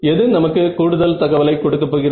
எது நமக்கு கூடுதல் தகவலை கொடுக்க போகிறது